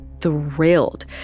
thrilled